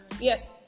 Yes